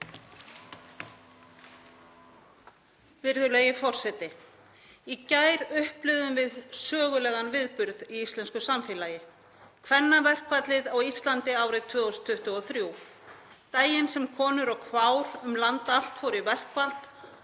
Virðulegi forseti. Í gær upplifðum við sögulegan viðburð í íslensku samfélagi, kvennaverkfallið á Íslandi árið 2023, daginn sem konur og kvár um land allt fóru í verkfall